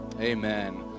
Amen